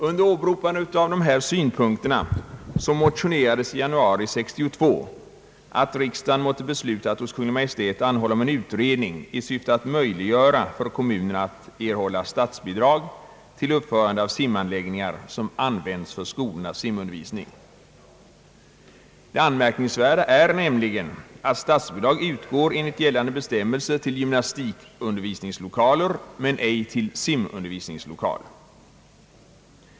Under åberopande av de här synpunkterna motionerades i januari 1962, att riksdagen måtte besluta att hos Kungl. Maj:t anhålla om en utredning i syfte att möjliggöra för kommunerna att erhålla statsbidrag till uppförande av simanläggningar som används för skolornas simundervisning. Det anmärkningsvärda är nämligen att statsbidrag enligt gällande bestämmelser utgår till gymnastikundervisningslokal men ej till simundervisningslokal.